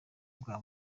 bwa